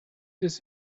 does